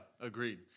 Agreed